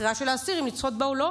בחירה של האסיר אם לצפות בה או לא,